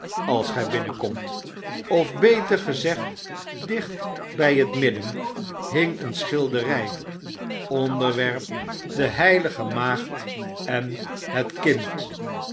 als gy binnenkomt of beter gezegd dicht bij het midden hing een schildery onderwerp de heilige maagd en het kind